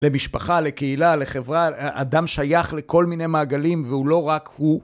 למשפחה, לקהילה, לחברה, אדם שייך לכל מיני מעגלים והוא לא רק הוא